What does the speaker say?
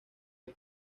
del